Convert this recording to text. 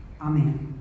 Amen